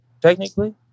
technically